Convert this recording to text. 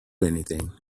anything